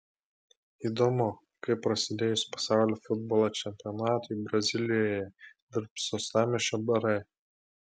įdomu kaip prasidėjus pasaulio futbolo čempionatui brazilijoje dirbs uostamiesčio barai